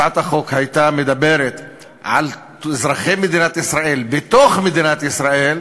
הצעת החוק הייתה מדברת על אזרחי מדינת ישראל בתוך מדינת ישראל,